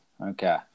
Okay